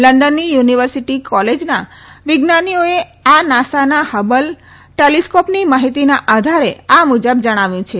લંડનની university કોલેજના વિજ્ઞાનીઓએ નાસાના ફબલ ટેલીસ્કોપની માહિતીના આધારે આ મુજબ જણાવ્યું છે